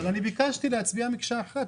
אבל אני ביקשתי להצביע מקשה אחת.